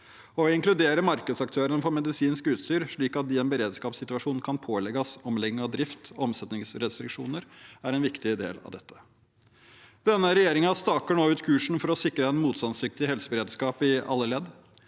Å inkludere markedsaktørene for medisinsk utstyr, slik at de i en beredskapssituasjon kan pålegges omlegging av drift og omsetningsrestriksjoner, er en viktig del av dette. Denne regjeringen staker nå ut kursen for å sikre en motstandsdyktig helseberedskap i alle ledd